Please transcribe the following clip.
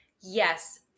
Yes